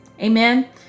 Amen